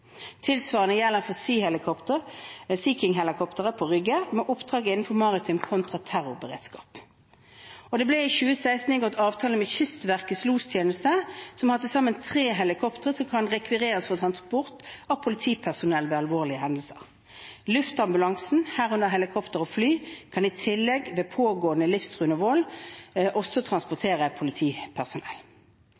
Tilsvarende gjelder for Sea King-helikopter på Rygge med oppdrag innen maritim kontraterrorberedskap. Det ble i 2016 inngått avtale med Kystverkets lostjeneste, som har til sammen tre helikoptre som kan rekvireres for transport av politipersonell ved alvorlige hendelser. Luftambulansen, herunder helikopter og fly, kan i tillegg ved pågående livstruende vold også